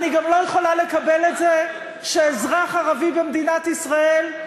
אני גם לא יכולה לקבל את זה שאזרח ערבי במדינת ישראל,